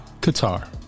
Qatar